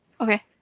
Okay